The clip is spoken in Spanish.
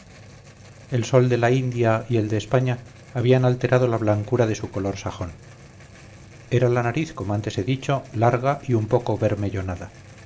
el sol de la india y el de españa habían alterado la blancura de su color sajón era la nariz como antes he dicho larga y un poco bermellonada la